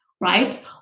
right